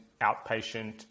outpatient